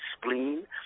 spleen